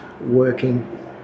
working